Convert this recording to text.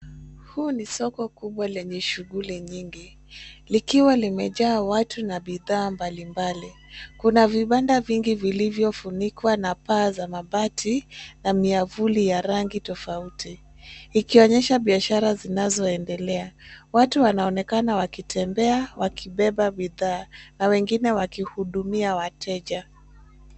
Hili ni soko kubwa lenye shughuli nyingi, likiwa limejaa watu na bidhaa mbalimbali. Kuna vibanda vingi vilivyofunikwa na paa za mabati na miavuli ya rangi tofauti ikionyesha biashara zinazoendelea. Watu wanaonekana wakitembea wakibeba bidhaa na wengine wakihudumia wateja.